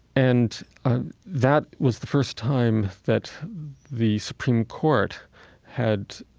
and that was the first time that the supreme court had